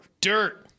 Dirt